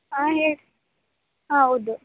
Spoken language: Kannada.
ಹಾಂ ಹೇಳು ಹಾಂ ಹೌದ್